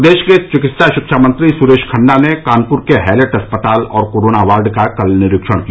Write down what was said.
प्रदेश के चिकित्सा शिक्षा मंत्री सुरेश खन्ना ने कानपुर के हैलट अस्पताल और कोरोना वार्ड का कल निरीक्षण किया